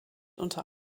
unter